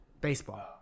baseball